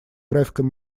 графиком